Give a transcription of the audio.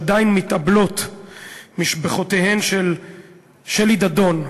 עדין מתאבלות משפחותיהם של שלי דדון,